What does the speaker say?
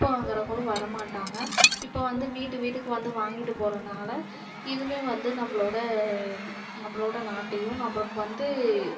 குப்பை வாங்குகிறவங்களும் வரமாட்டாங்க இப்போ வந்து வீட்டு வீட்டுக்கு வந்து வாங்கிட்டு போறதுனால இதுமே வந்து நம்மளோட நம்மளோட நாட்டையும் நம்மளுக்கு வந்து